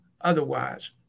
otherwise